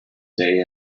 day